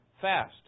fast